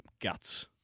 guts